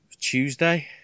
Tuesday